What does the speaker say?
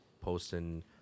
posting